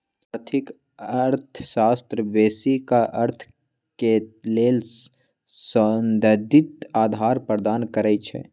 आर्थिक अर्थशास्त्र बेशी क अर्थ के लेल सैद्धांतिक अधार प्रदान करई छै